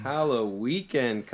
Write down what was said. Halloween